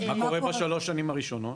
מה קורה בשלוש השנים הראשונות?